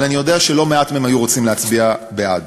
אבל אני יודע שלא מעט מהם היו רוצים להצביע בעד: